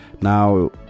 now